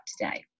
today